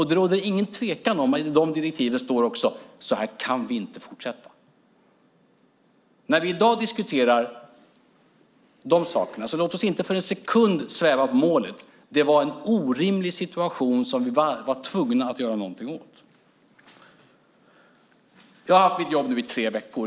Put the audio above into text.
Det råder ingen tvekan om att det i dessa direktiv också står: Så här kan vi inte fortsätta. När vi i dag diskuterar dessa saker så låt oss inte för en sekund sväva på målet: Det var en orimlig situation som vi var tvungna att göra någonting åt. Jag har haft mitt jobb i tre veckor.